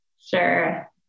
Sure